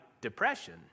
depression